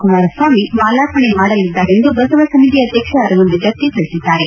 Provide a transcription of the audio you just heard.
ಕುಮಾರಸ್ವಾಮಿ ಮಾಲಾರ್ಪಣೆ ಮಾಡಲಿದ್ದಾರೆ ಎಂದು ಬಸವಸಮಿತಿ ಅಧ್ಯಕ್ಷ ಅರವಿಂದಜತ್ತಿ ತಿಳಿಸಿದ್ದಾರೆ